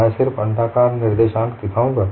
मैं सिर्फ अण्डाकार निर्देशांक दिखाऊंगा